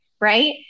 Right